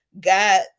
God